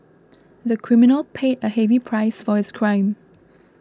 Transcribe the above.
the criminal paid a heavy price for his crime